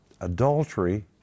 adultery